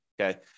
okay